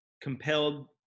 compelled